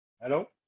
Hello